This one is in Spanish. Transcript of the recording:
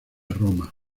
roma